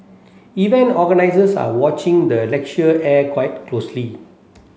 event organisers are watching the air closely